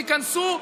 תיכנסו,